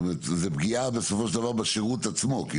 זאת אומרת, זו פגיעה בשירות עצמו.